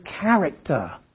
character